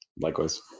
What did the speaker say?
Likewise